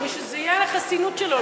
ושזה יהיה על החסינות שלו,